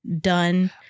done